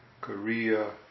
Korea